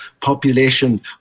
population